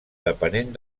depenent